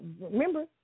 Remember